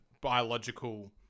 biological